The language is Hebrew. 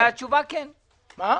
השאלה,